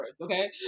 okay